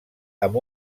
amb